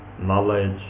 knowledge